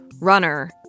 runner